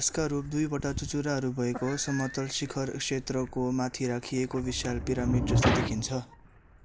यसका रूप दुईवटा चुचुराहरू भएको समतल शिखर क्षेत्रको माथि राखिएको विशाल पिरामिड जस्तो देखिन्छ